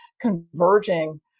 converging